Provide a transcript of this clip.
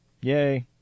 Yay